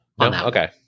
Okay